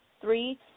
three